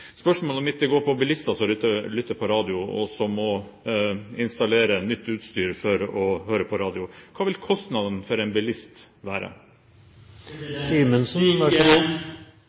Spørsmålet mitt går på bilister som lytter på radio, og som må installere nytt utstyr for å høre på radio. Hva vil kostnaden for en bilist